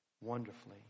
Wonderfully